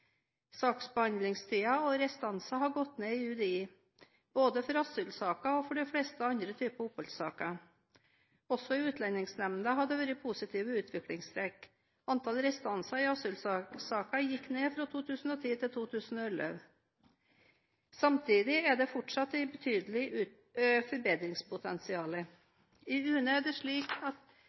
Saksbehandlingstid og restanser har gått ned i UDI, både for asylsaker og for de fleste andre typer oppholdssaker. Også i Utlendingsnemnda har det vært positive utviklingstrekk. Antallet restanser i asylsaker gikk ned fra 2010 til 2011. Samtidig er det fortsatt et betydelig forbedringspotensial. I UNE er det slik at